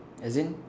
as in